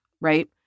right